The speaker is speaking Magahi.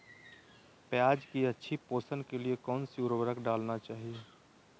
प्याज की अच्छी पोषण के लिए कौन सी उर्वरक डालना चाइए?